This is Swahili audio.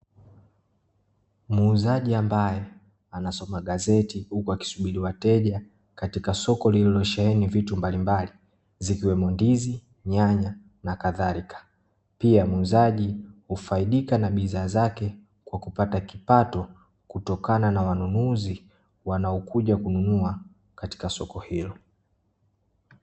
Muuzaji ambaye, anasoma gazeti huku akisubiri wateja, katika soko lililosheheni vitu mbalimbali zikiwemo ndizi, nyanya, na kadhalika, pia muuzaji, hufaidika na bidhaa zake kwa kupata kipato, kutokana na wanunuzi wanaokuja kununua katika soko hilo.